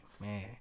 Man